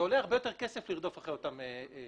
זה עולה הרבה יותר כסף לרדוף אחרי אותם מובילים.